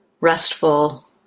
restful